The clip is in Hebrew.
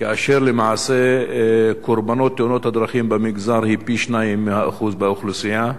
כאשר למעשה קורבנות תאונות הדרכים במגזר הם פי-שניים מהאחוז באוכלוסייה.